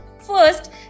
First